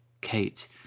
Kate